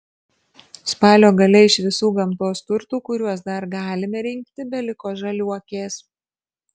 spalio gale iš visų gamtos turtų kuriuos dar galime rinkti beliko žaliuokės